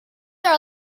are